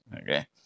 okay